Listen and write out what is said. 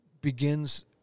begins